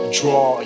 draw